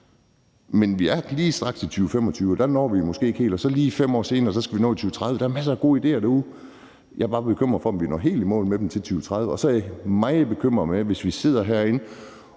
Men vi er lige straks i 2025, og der når vi det måske ikke helt, og så lige 5 år senere, altså i 2030, skal vi nå det. Der er masser af gode idéer derude, men jeg er bare bekymret for, om vi når helt i mål med dem til 2030. Og så er jeg meget bekymret, hvis vi sidder herinde